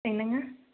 என்னங்க